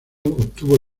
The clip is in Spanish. obtuvo